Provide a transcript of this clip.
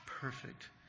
perfect